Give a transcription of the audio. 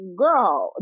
girl